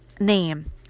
name